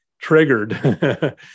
triggered